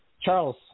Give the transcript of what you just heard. Charles